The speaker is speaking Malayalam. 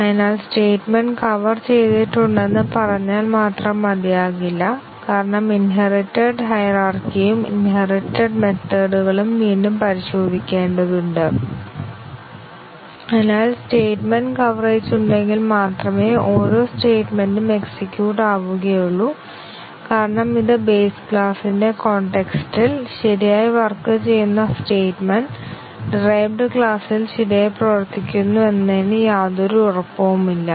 അതിനാൽ സ്റ്റേറ്റ്മെന്റ് കവർ ചെയ്തിട്ടുണ്ടെന്ന് പറഞ്ഞാൽ മാത്രം മതിയാകില്ല കാരണം ഇൻഹെറിറ്റെഡ് ഹൈറാർക്കിയും ഇൻഹെറിറ്റെഡ് മെത്തേഡ്കളും വീണ്ടും പരിശോധിക്കേണ്ടതുണ്ട് അതിനാൽ സ്റ്റേറ്റ്മെന്റ് കവറേജ് ഉണ്ടെങ്കിൽ മാത്രമേ ഓരോ സ്റ്റേറ്റ്മെന്റ് ഉം എക്സിക്യൂട്ട് ആവുകയുള്ളൂ കാരണം ഇത് ബേസ് ക്ലാസിന്റെ കോൺടെക്സ്റ്റ് ഇൽ ശരിയായി വർക്ക് ചെയ്യുന്ന സ്റ്റേറ്റ്മെന്റ് ഡിറൈവ്ഡ് ക്ലാസിൽ ശരിയായി പ്രവർത്തിക്കുന്നു എന്നതിന് യാതൊരു ഉറപ്പുമില്ല